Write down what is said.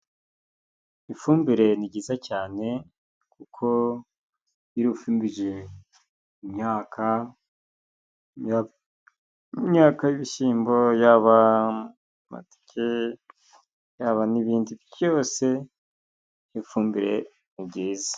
Ifumbire ni ryiza cyane, kuko iyurifumbije imyaka, imyaka y'ibishyimbo, yaba amateke, yaba n'ibindi byose, ifumbire ni ryiza.